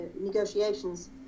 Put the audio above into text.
negotiations